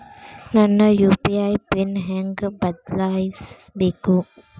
ನನ್ನ UPI PIN ಹೆಂಗ್ ಬದ್ಲಾಯಿಸ್ಬೇಕು?